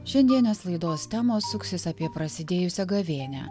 šiandienės laidos temos suksis apie prasidėjusią gavėnią